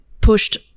pushed